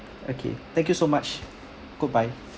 okay thank you so much goodbye